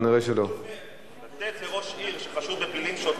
אני דווקא חושב שמדינת ישראל היתה צריכה